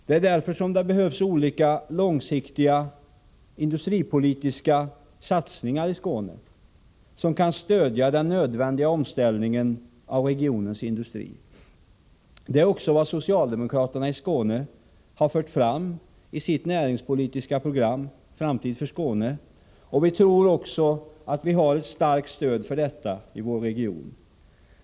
Det är därför som det behövs olika långsiktiga industripolitiska satsningar i Skåne, som kan stödja den nödvändiga omställningen av regionens industri. Detta är också vad socialdemokraterna i Skåne har fört fram i sitt näringspolitiska program Framtid för Skåne, och vi tror också att vi har ett starkt stöd för detta i vår region.